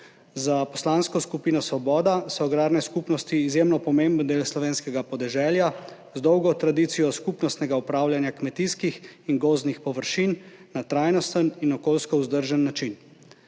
Za Poslansko skupino Svoboda so agrarne skupnosti izjemno pomemben del slovenskega podeželja z dolgo tradicijo skupnostnega upravljanja kmetijskih in gozdnih površin na trajnosten in okoljsko vzdržen način.